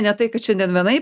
ne tai kad šiandien vienaip